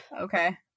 okay